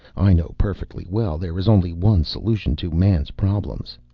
i know perfectly well there is only one solution to man's problems.